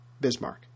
Bismarck